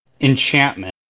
enchantment